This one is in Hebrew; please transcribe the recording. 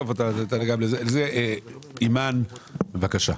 אימאן, בבקשה.